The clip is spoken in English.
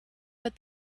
but